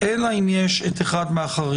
אלא אם יש אחד מהחריגים